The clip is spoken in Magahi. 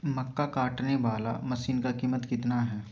मक्का कटने बाला मसीन का कीमत कितना है?